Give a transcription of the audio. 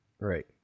Right